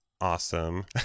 awesome